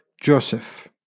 Joseph